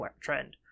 trend